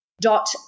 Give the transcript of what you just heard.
dot